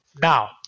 Now